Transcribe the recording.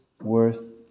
worth